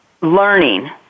learning